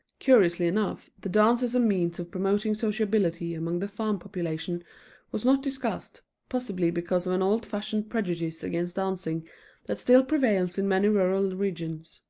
curiously enough, the dance as a means of promoting sociability among the farm population was not discussed, possibly because of an old-fashioned prejudice against dancing that still prevails in many rural regions.